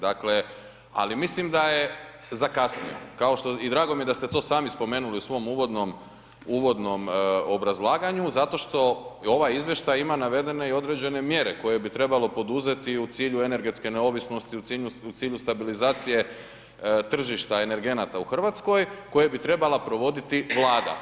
Dakle, ali mislim da je zakasnio, kao što je i drago mi je da ste to sami spomenuli u svom uvodnom obrazlaganju, zato što ovaj izvještaj ima navedene i određene mjere koje bi trebalo poduzeti u cilju energetske neovisnosti, u cilju stabilizacije, tržište energenata u Hrvatskoj, koje bi trebala provoditi vlada.